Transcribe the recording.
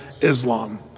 Islam